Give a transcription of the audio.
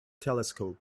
telescope